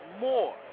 more